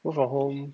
work from home